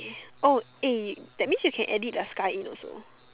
oh eh that means you can edit the sky in also